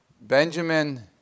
Benjamin